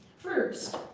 first,